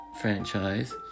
franchise